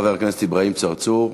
חבר הכנסת אברהים צרצור,